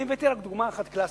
הנה הבאתי רק דוגמה אחת קלאסית,